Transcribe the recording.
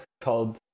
called